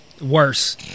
Worse